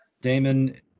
Damon